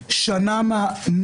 עסקת סאלח א-דין איך הצליחה.